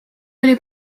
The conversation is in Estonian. oli